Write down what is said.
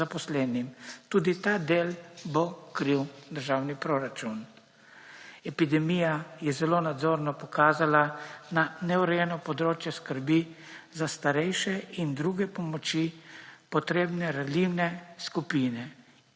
Tudi ta del bo kril državni proračun. Epidemija je zelo nadzorno pokazala na neurejeno področje skrbi za starejše in druge pomoči potrebne ranljive skupine,